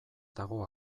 dago